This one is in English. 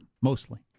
mostly